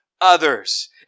others